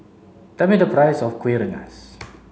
tell me the price of kueh rengas